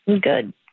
Good